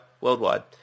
worldwide